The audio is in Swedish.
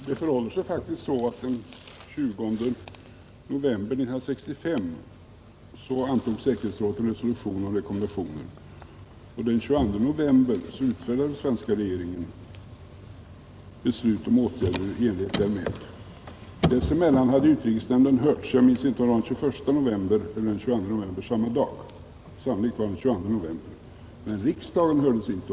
Herr talman! Det förhåller sig faktiskt så att den 20 november 1965 antog säkerhetsrådet en resolution om sanktioner, och den 22 november utfärdade svenska regeringen beslut om åtgärder i enlighet därmed. Dessemellan hade utrikesnämnden hörts — jag minns inte om det var den 21 eller 22 november, sannolikt var det den 22 november. Men riksdagen hördes inte.